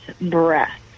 breath